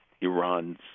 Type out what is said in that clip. Iran's